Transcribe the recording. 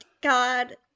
God